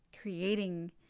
creating